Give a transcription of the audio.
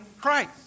Christ